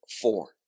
four